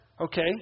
okay